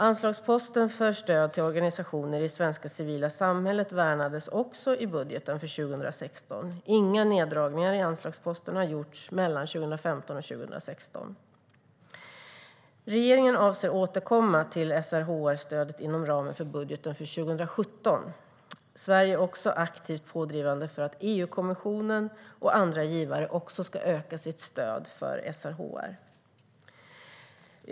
Anslagsposten för stöd till organisationer i det svenska civila samhället värnades också i budgeten för 2016. Inga neddragningar i anslagsposten har gjorts mellan 2015 och 2016. Regeringen avser att återkomma till SRHR-stödet inom ramen för bud-geten för 2017. Sverige är också aktivt pådrivande för att EU-kommissionen och andra givare ska öka sitt stöd till SRHR.